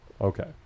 Okay